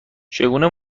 چگونه